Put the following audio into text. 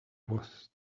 was